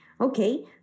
okay